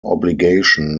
obligation